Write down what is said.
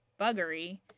buggery